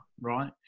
right